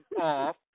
off